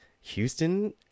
Houston